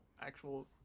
actual